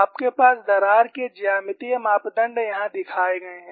आपके पास दरार के ज्यामितीय मापदण्ड यहां दिखाए गए हैं